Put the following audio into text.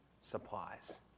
supplies